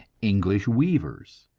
english weavers,